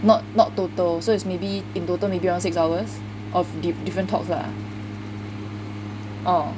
not not total so is maybe in total maybe around six hours of diff~ different talks lah 哦